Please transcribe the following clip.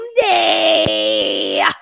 day